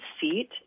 seat